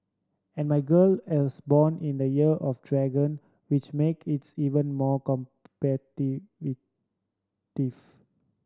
and my girl as born in the Year of Dragon which make it's even more